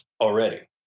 already